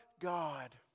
God